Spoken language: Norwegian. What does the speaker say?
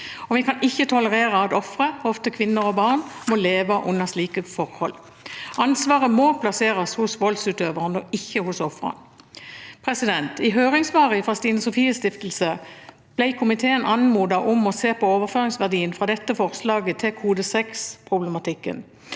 Vi kan ikke tolerere at ofre, ofte kvinner og barn, må leve under slike forhold. Ansvaret må plasseres hos voldsutøveren, ikke hos ofrene. I høringssvaret fra Stine Sofies Stiftelse ble komiteen anmodet om å se på overføringsverdien fra dette forslaget til kode 6-problematikken.